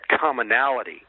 commonality